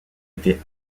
était